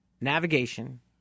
navigation—